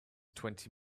twenty